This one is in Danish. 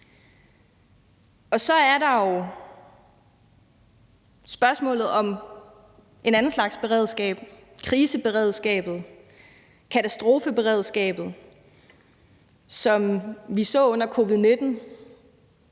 Så er der jo spørgsmålet om, om en anden slags beredskab, nemlig kriseberedskabet, katastrofeberedskabet, som vi så under covid-19,